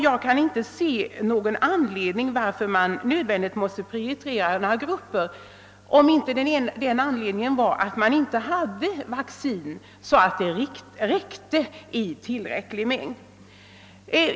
Jag kan inte finna någon anledning till att man skulle vara tvungen att prioritera några grupper annat än om det vaccin man hade inte räckte till.